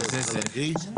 צריך עוד להקריא?